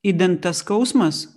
idant tas skausmas